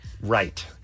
right